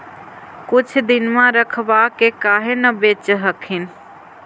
कुछ दिनमा रखबा के काहे न बेच हखिन?